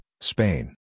Spain